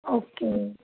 okay